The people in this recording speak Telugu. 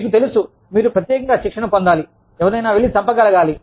మీకు తెలుసు మీరు ప్రత్యేకంగా శిక్షణ పొందాలి ఎవరినైనా వెళ్లి చంపగలగాలి